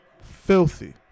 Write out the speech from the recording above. Filthy